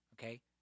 Okay